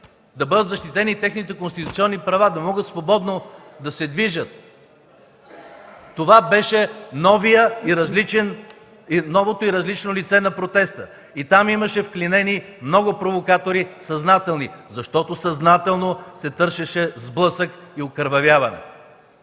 да бъдат защитени техните конституционни права, да могат свободно да се движат. (Шум и реплики от ГЕРБ.) Това беше новото и различно лице на протеста. Там имаше вклинени много провокатори – съзнателни, защото съзнателно се търсеше сблъсък и окървавяване.